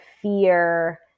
fear